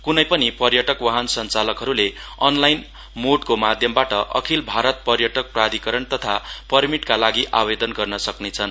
क्नै पनि पर्यटक वाहन सञ्चालकहरूले अनलाईन मोडको माध्यमबाट अखिल भारत पर्यटक प्राधिकरण तथा पर्मिटका लागि आवेदन गर्न सक्नेछन्